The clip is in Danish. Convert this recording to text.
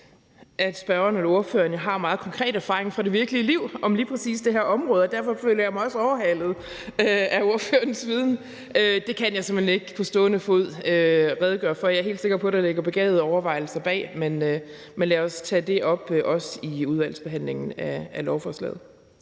understregede, at ordføreren har meget konkret erfaring fra det virkelige liv med lige præcis det her område. Derfor føler jeg mig også overhalet af ordførerens viden, og jeg kan simpelt hen ikke på stående fod redegøre for det. Jeg er helt sikker på, at der ligger begavede overvejelser bag det, men lad os tage det op under udvalgsbehandlingen af lovforslaget.